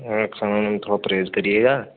हाँ खाने ओने में थोड़ा परहेज़ करिएगा